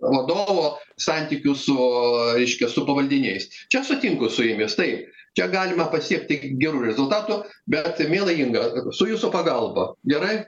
vadovo santykius su reiškia su pavaldiniais čia sutinku su jumis taip čia galima pasiekti gerų rezultatų bet miela inga su jūsų pagalba gerai